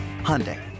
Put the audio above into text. Hyundai